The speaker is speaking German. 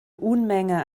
unmenge